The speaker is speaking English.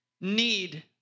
need